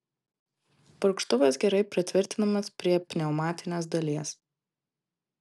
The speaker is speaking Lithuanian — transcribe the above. purkštuvas gerai pritvirtinamas prie pneumatinės dalies